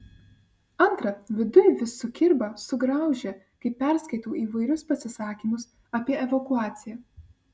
antra viduj vis sukirba sugraužia kai perskaitau įvairius pasisakymus apie evakuaciją